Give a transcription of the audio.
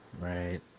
Right